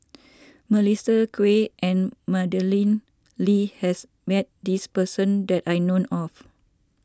Melissa Kwee and Madeleine Lee has met this person that I know of